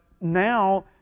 now